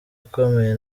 akomeye